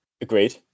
Agreed